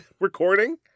recording